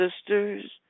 sisters